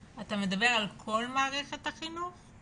אתה מדבר על כל מערכת החינוך?